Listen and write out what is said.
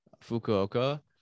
Fukuoka